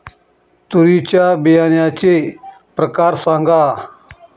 तूरीच्या बियाण्याचे प्रकार सांगा